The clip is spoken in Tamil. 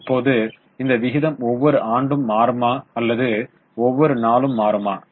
இப்போது இந்த விகிதம் ஒவ்வொரு ஆண்டும் மாறுமா அல்லது ஒவ்வொரு நாளும் மாறுமா